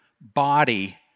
body